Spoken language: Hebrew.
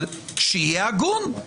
אבל שיהיה הגון,